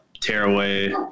tearaway